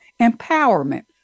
empowerment